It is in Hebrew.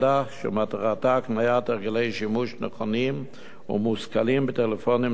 שמטרתה הקניית הרגלי שימוש נכונים בטלפונים ניידים,